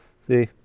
See